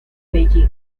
beijing